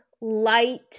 light